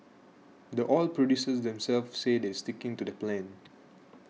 the oil producers themselves say they're sticking to the plan